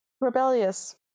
rebellious